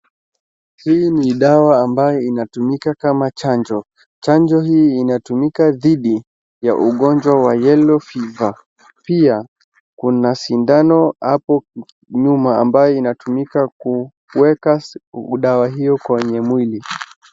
Hii ni dawa ambayo inatumika kama chanjo. Chanjo hii inatumika dhidi ya ugonjwa wa yellow fever . Pia kuna sindano hapo nyuma ambayo inatumika kuweka dawa hiyo kwenye mwili.